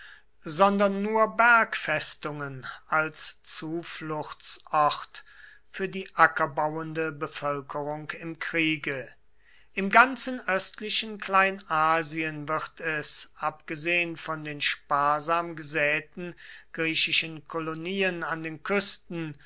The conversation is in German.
sondern nur bergfestungen als zufluchtsort für die ackerbauende bevölkerung im kriege im ganzen östlichen kleinasien wird es abgesehen von den sparsam gesäten griechischen kolonien an den küsten